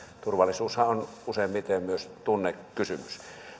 turvallisuushan on on useimmiten myös tunnekysymys